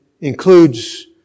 includes